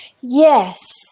Yes